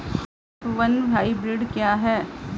F one hybrid क्या है?